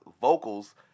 vocals